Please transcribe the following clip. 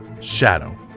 Shadow